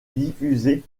diffusé